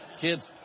kids